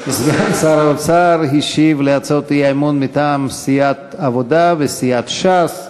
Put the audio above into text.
סגן שר האוצר השיב על הצעות האי-אמון מטעם סיעת העבודה וסיעת ש"ס.